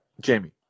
Jamie